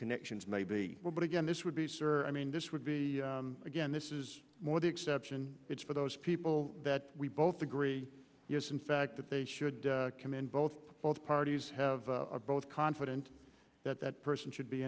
connections may be but again this would be sir i mean this would be again this is more the exception it's for those people that we both agree yes in fact that they should commend both both parties have both confident that that person should be